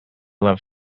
love